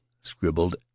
scribbled